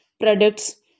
products